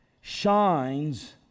shines